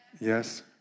Yes